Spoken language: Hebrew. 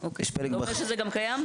יש פלג --- אתה אומר שזה גם קיים?